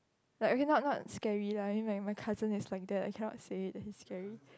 like okay not not scary lah I mean my my cousin is like that I cannot say he he's scary